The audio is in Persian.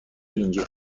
اینجا